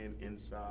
inside